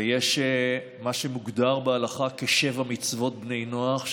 ויש מה שמוגדר בהלכה כשבע מצוות בני נח,